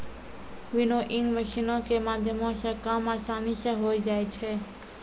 winnowing मशीनो के माध्यमो से काम असानी से होय जाय छै